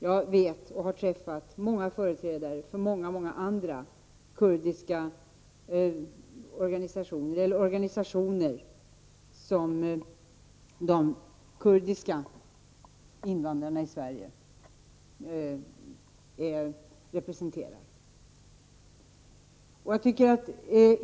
Jag har träffat företrädare för många andra organisationer som representerar kurdiska invandrare i Sverige.